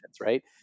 right